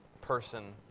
person